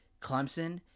clemson